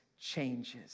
changes